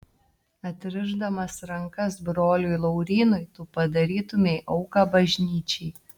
atrišdamas rankas broliui laurynui tu padarytumei auką bažnyčiai